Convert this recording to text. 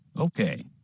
Okay